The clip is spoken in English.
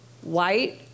white